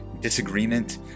disagreement